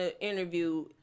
interview